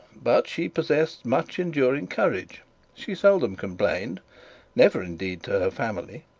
but she possessed much enduring courage she seldom complained never, indeed, to her family.